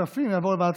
כספים, כספים.